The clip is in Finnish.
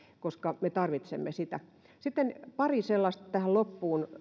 koska me tarvitsemme sitä sitten pari tällaista evästystä tähän loppuun